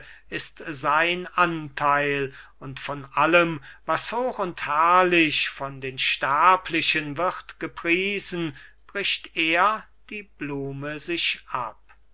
ist sein antheil und von allem was hoch und herrlich von den sterblichen wird gepriesen bricht er die blume sich ab